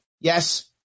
Yes